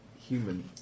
human